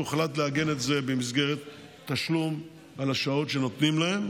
והוחלט לעגן את זה במסגרת תשלום על השעות שנותנים להם,